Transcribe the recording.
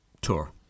tour